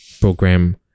program